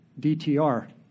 DTR